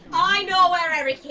i know where eric yeah